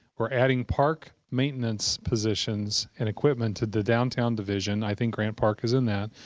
we're adding park maintenance positions and equipment to the downtown division i think grant park is in that,